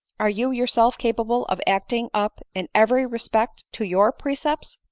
are you yourself capable of acting up in every respect to your precepts?